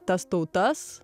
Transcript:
tas tautas